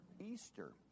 Easter